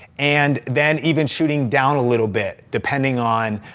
and then even shooting down a little bit, depending on,